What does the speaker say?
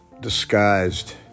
disguised